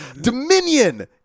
Dominion